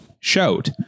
shout